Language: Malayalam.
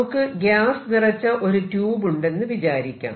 നമുക്ക് ഗ്യാസ് നിറച്ച ഒരു ട്യൂബ് ഉണ്ടെന്നു വിചാരിക്കാം